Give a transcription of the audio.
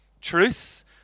Truth